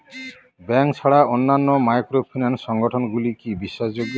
Bank ছাড়া অন্যান্য microfinance সংগঠন গুলি কি বিশ্বাসযোগ্য?